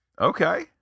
okay